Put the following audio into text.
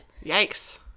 Yikes